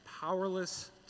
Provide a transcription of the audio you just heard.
powerless